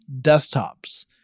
desktops